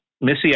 Missy